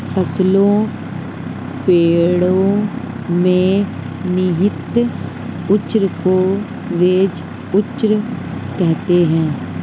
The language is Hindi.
फसलों पेड़ो में निहित ऊर्जा को जैव ऊर्जा कहते हैं